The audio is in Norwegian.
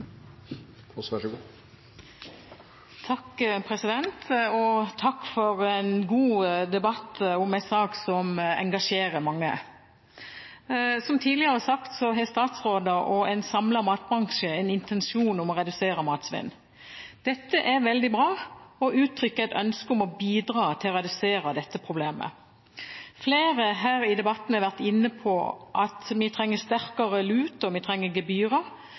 engasjerer mange. Som tidligere sagt har statsråder og en samlet matbransje en intensjon om å redusere matsvinn. Det er veldig bra og uttrykker et ønske om å bidra til å redusere dette problemet. Flere her i debatten har vært inne på at vi trenger sterkere lut, og vi trenger gebyrer.